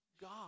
God